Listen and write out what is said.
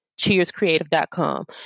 Cheerscreative.com